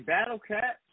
Battlecat